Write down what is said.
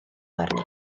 arni